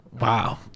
Wow